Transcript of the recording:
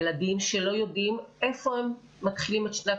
ילדים שלא יודעים איפה הם מתחילים את שנת